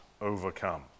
overcome